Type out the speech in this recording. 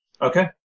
Okay